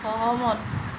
সহমত